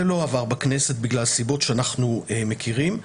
זה לא עבר בכנסת בגלל סיבות שאנחנו מכירים,